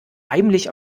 heimlich